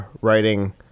writing